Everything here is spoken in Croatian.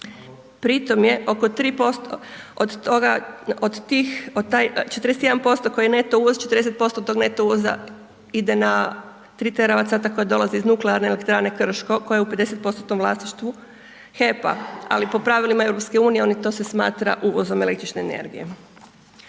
Pri tome je oko 3%, od tih, 41% koji je neto uvoz, 40% tog neto uvoza ide na .../Govornik se ne razumije./... koji dolaze iz Nuklearne elektrane Krške koja je u 50%-tnom vlasništvu HEP-a. Ali po pravilima EU to se smatra uvozom električne energije.